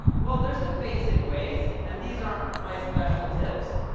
well there's some basic ways and these aren't my special tips,